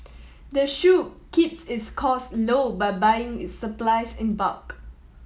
the shop keeps its costs low by buying its supplies in bulk